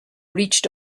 reached